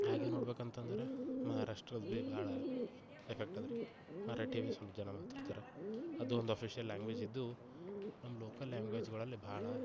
ಹಾಗೆ ನೋಡ್ಬೇಕಂತದ್ರೆ ಮಹಾರಾಷ್ಟ್ರದ್ದು ಭಿ ಭಾಳ ಎಫೆಕ್ಟ್ ಅದರ್ರಿ ಮರಾಠಿ ಬಿ ಸ್ವಲ್ಪ್ ಜನ ಮಾತಾಡ್ತಾರೆ ಅದು ಒಂದು ಅಫೀಷಿಯಲ್ ಲ್ಯಾಂಗ್ವೇಜ್ ಇದ್ದು ನಮ್ಮ ಲೋಕಲ್ ಲ್ಯಾಂಗ್ವೇಜ್ಗಳಲ್ಲಿ ಭಾಳ